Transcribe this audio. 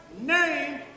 name